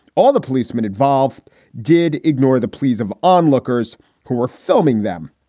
all the policemen involved did ignore the pleas of onlookers who were filming them.